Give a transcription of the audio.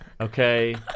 okay